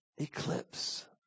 eclipse